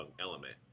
element